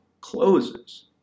closes